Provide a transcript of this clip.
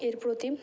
এর প্রতি